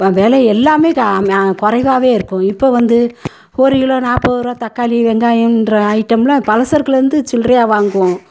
அப்போ வில எல்லாமே க ம குறைவாவே இருக்கும் இப்போ வந்து ஒரு கிலோ நாற்பதுருவா தக்காளி வெங்காயம்ன்ற ஐட்டம்லாம் பல சரக்கில் இருந்து சில்லறையா வாங்குவோம்